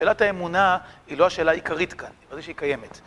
שאלת האמונה, היא לא השאלה העיקרית כאן, היא בריא שהיא קיימת.